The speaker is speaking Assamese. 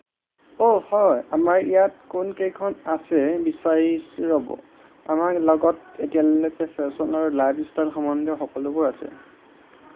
অঁ হয় আমাৰ ইয়াত কোনকেইখন আছে বিচাৰিছোঁ ৰ'ব আমাৰ লগত এতিয়ালৈকে ফেশ্বন আৰু লাইফষ্টাইল সম্বন্ধীয় সকলোবোৰ আছে